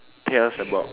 tell us about